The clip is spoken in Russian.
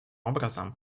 образом